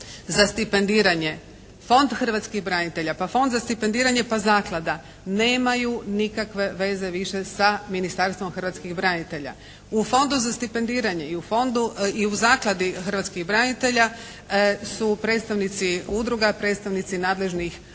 za stipendiranje, Fond hrvatskih branitelja pa Fond za stipendiranje pa zaklada nemaju nikakve veze više sa Ministarstvom hrvatskih branitelja. U Fondu za stipendiranje i u Fondu, i u Zakladi hrvatskih branitelja su predstavnici udruga, predstavnici nadležnih